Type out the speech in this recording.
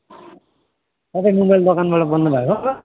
तपाईँ मोबाइल दोकानबाट बोल्नुभएको हो